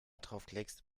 draufklickst